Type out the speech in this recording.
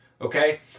okay